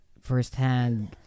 firsthand